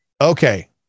Okay